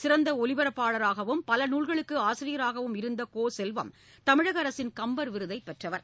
சிறந்த ஒலிபரப்பாளராகவும் பல நூல்களுக்கு ஆசிரியராகவும் இருந்த கோ செல்வம் தமிழக அரசின் கம்பர் விருதைப் பெற்றவராவார்